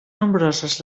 nombroses